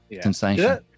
sensation